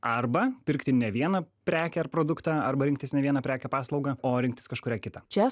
arba pirkti ne vieną prekę ar produktą arba rinktis ne vieną prekę paslaugą o rinktis kažkurią kitą čia